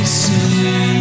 see